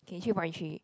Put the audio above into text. okay three point three